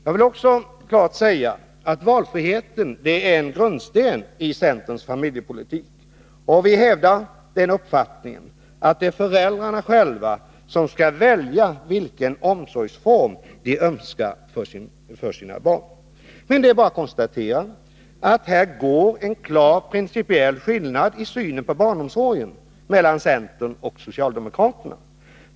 Jag vill också klart säga att valfriheten är en grundsten i centerns familjepolitik. Det hävdar uppfattningen att det är föräldrarna själva som skall välja vilken omsorgsform de önskar för sina barn. Men det är bara att konstatera att här går en klar principiell skiljelinje i synen på barnomsorg mellan socialdemokraterna och centern.